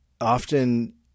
often